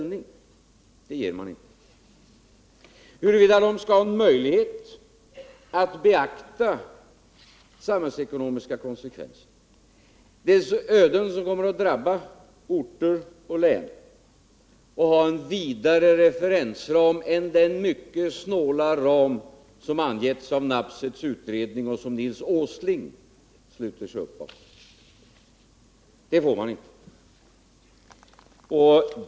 Något besked om huruvida de skall ha en möjlighet att beakta de samhällsekonomiska konsekvenserna, det öde som kommer att drabba orter och län, och ha en vidare referensram än den mycket snåla ram som har angivits i Lars Nabseths utredning och som Nils Åsling sluter upp bakom får man inte.